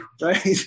right